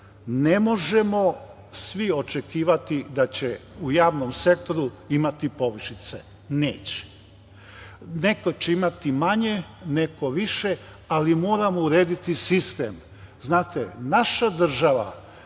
ne možemo svi očekivati da će u javnom sektoru imati povišice. Neće. Neko će imati manje, neko više, ali moramo urediti sistem. Znate, naša država